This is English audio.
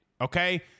Okay